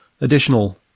additional